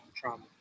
trauma